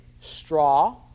straw